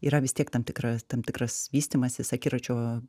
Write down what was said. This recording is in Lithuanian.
yra vis tiek tam tikras tam tikras vystymasis akiračio